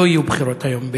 לא יהיו בחירות היום,